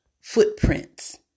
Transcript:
footprints